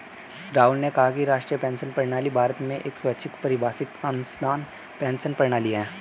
राहुल ने कहा कि राष्ट्रीय पेंशन प्रणाली भारत में एक स्वैच्छिक परिभाषित अंशदान पेंशन प्रणाली है